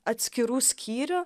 atskirų skyrių